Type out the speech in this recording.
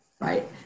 Right